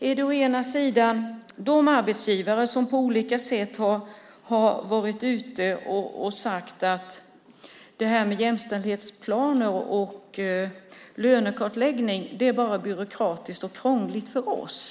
Å ena sidan har vi ju de arbetsgivare som på olika sätt har varit ute och sagt att det här med jämställdhetsplaner och lönekartläggning bara är byråkratiskt och krångligt för dem.